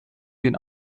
den